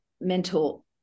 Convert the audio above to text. mental